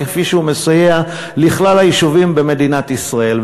כפי שהוא מסייע לכלל היישובים במדינת ישראל,